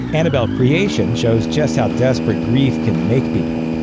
annabelle creation shows just how desperate grief can make people.